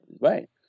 Right